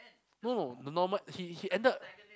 no no the normal he he ended